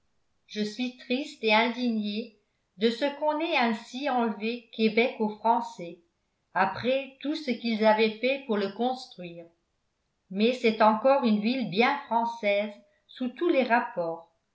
je suis triste et indignée de ce qu'on ait ainsi enlevé québec aux français après tout ce qu'ils avaient fait pour le construire mais c'est encore une ville bien française sous tous les rapports